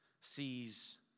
sees